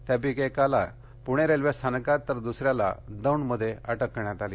त्यापैकी एकाला पुणे रेल्वे स्थानकात तर दुसऱ्याला दौंडमध्ये अटक करण्यात आली